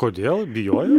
kodėl bijojo